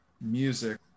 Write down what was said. music